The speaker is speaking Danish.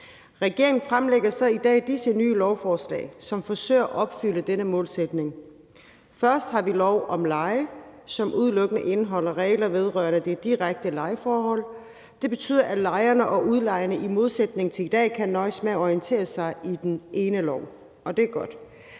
Regeringen fremlægger så i dag disse nye lovforslag, som forsøger at opfylde denne målsætning. Først har vi lov om leje, som udelukkende indeholder regler vedrørende de direkte lejeforhold. Det betyder, at lejerne og udlejerne i modsætning til i dag kan nøjes med at orientere sig i den ene lov. Det er godt.